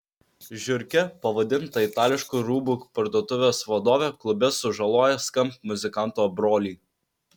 žiurke pavadinta itališkų rūbų parduotuvės vadovė klube sužalojo skamp muzikanto brolį